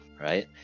right